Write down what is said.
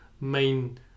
main